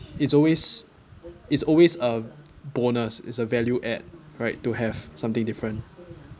it's always it's always a bonus is a value add right to have something different